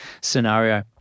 scenario